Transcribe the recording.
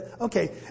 okay